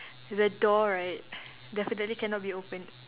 the door right definitely cannot be opened